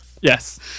Yes